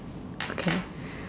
okay